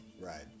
Right